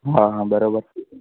હા હા બરોબર